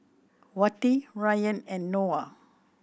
Wati Ryan and Noah